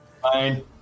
Fine